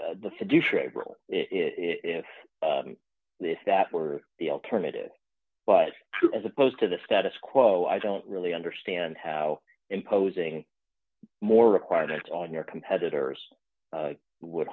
fiduciary if that were the alternative but as opposed to the status quo i don't really understand how imposing more requirements on your competitors would